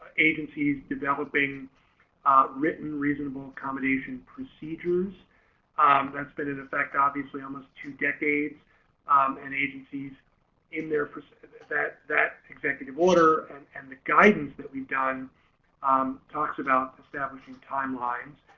agencies developing written reasonable accommodation procedures that's been in effect obviously almost two decades um and agencies in there sort of that that executive order and and the guidance that we've done um talks about establishing timelines.